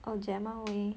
orh jemma wei